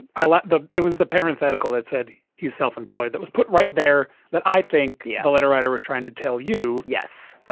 i like that. it was the parents medical that said you self-employed that was put right there. but i think the letter writer was trying to tell you, yes,